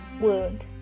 wound